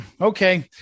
Okay